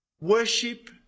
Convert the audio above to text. worship